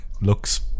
looks